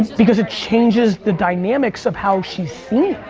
because it changes the dynamics of how she's seen.